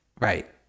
Right